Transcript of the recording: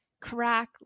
crack